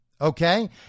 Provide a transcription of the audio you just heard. Okay